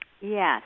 Yes